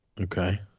Okay